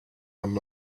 one